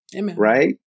right